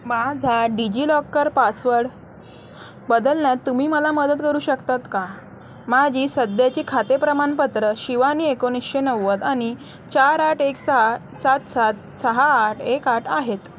माझा DigiLocker password बदलण्यात तुम्ही मला मदत करू शकतात का माझी सध्याची खाते प्रमाणपत्र शिवानी एकोणीसशे नव्वद आणि चार आठ एक सहा सात सात सहा आठ एक आठ आहेत